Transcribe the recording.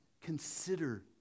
consider